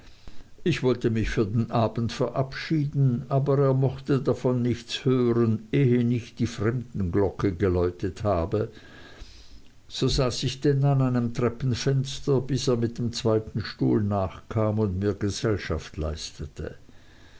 ich wollte mich für den abend verabschieden aber er mochte davon nichts hören ehe nicht die fremdenglocke geläutet habe so saß ich denn an einem treppenfenster bis er mit dem zweiten stuhl nachkam und mir gesellschaft leistete